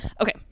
Okay